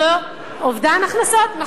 זה אובדן הכנסות.